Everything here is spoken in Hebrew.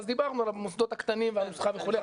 אז דיברנו עליו במוסדות הקטנים והנוסחה וכולי,